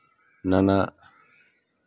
ᱮᱱᱟᱱᱟᱜ